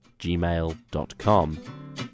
gmail.com